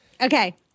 okay